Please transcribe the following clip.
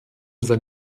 sein